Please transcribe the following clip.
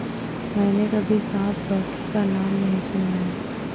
मैंने कभी सांप लौकी का नाम नहीं सुना है